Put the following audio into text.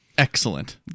Excellent